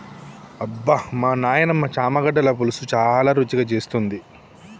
అబ్బమా నాయినమ్మ చామగడ్డల పులుసు చాలా రుచిగా చేస్తుంది